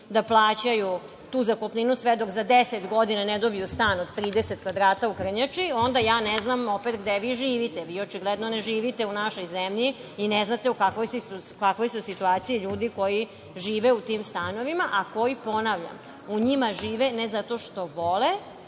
da plaćaju tu zakupninu sve dok za 10 godina ne dobiju stan od 30 kvadrata u Krnjači, onda ja ne znam gde vi živite. Vi očigledno ne živite u našoj zemlji i ne znate u kakvoj su situaciji ljudi koji žive u tim stanovima, a koji, ponavljam, u njima žive ne zato što vole,